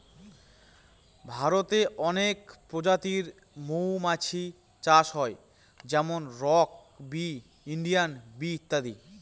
ভারতে অনেক প্রজাতির মৌমাছি চাষ হয় যেমন রক বি, ইন্ডিয়ান বি ইত্যাদি